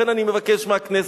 לכן אני מבקש מהכנסת,